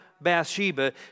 Bathsheba